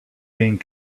being